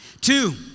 Two